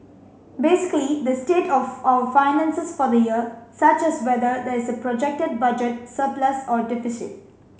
basically the state of our finances for the year such as whether there is a projected budget surplus or deficit